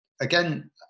again